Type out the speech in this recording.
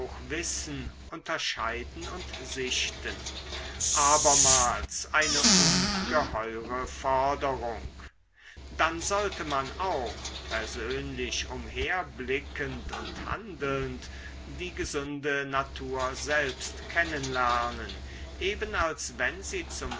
wissen unterscheiden und sichten abermals eine ungeheure forderung dann sollte man auch persönlich umherblickend und handelnd die gesunde natur selbst kennen lernen eben als wenn sie zum